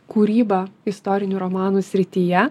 kūrybą istorinių romanų srityje